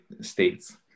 states